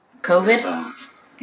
COVID